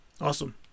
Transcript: Awesome